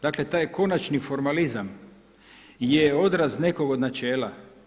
Dakle, taj konačni formalizam je odraz nekog od načela.